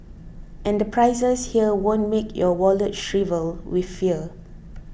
and the prices here won't make your wallet shrivel with fear